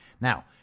Now